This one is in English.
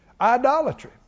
Idolatry